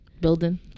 Building